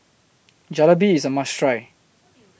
Jalebi IS A must Try